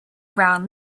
brown